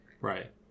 right